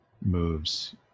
moves